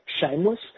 shameless